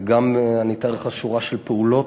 ואני גם אתאר לך שורה של פעולות.